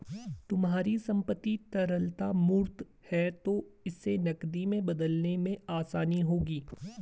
तुम्हारी संपत्ति तरलता मूर्त है तो इसे नकदी में बदलने में आसानी होगी